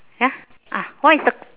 ya ah what is the